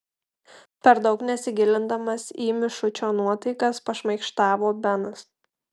per daug nesigilindamas į mišučio nuotaikas pašmaikštavo benas